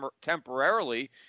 temporarily